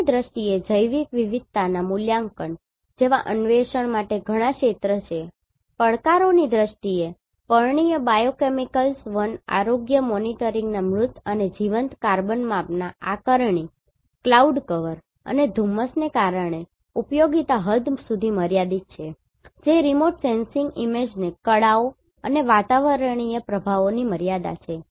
તકની દ્રષ્ટિએ જૈવિક વિવિધતાના મૂલ્યાંકન જેવા અન્વેષણ માટે ઘણા ક્ષેત્રો છે પડકારોની દ્રષ્ટિએ પર્ણિય બાયોકેમિકલ્સ વન આરોગ્ય મોનિટરિંગના મૃત અને જીવંત કાર્બન માપનના આકારણી ક્લાઉડ કવર અને ધુમ્મસને કારણે ઉપયોગિતા હદ સુધી મર્યાદિત છે જે રિમોટ સેન્સિંગ ઇમેજ કળાઓ અને વાતાવરણીય પ્રભાવોની મર્યાદા છે